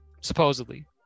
supposedly